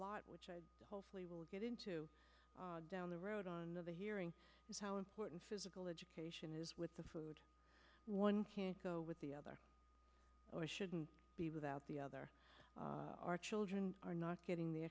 lot which hopefully will get into down the road on the hearing is how important physical education is with the food one can't go with the other or shouldn't be without the other our children are not getting the